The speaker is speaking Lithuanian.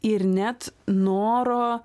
ir net noro